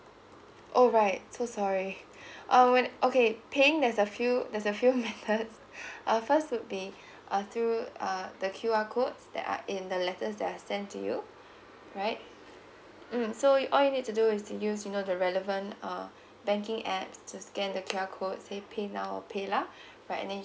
oh right so sorry um when okay paying there's a few there's a few methods uh first would be err through uh the Q R code that are in the letters that are sent to you right mm so all you need to do is to use you know the relevant um banking apps to scan the Q R code say pay now pay lah but and then